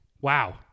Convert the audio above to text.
Wow